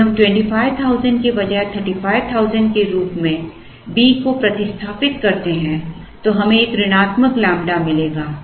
यदि हम 25000 के बजाय 35000 के रूप में B को प्रतिस्थापित करते हैं तो हमें एक ऋणात्मक ƛ मिलेगा